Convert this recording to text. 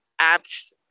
apps